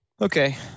Okay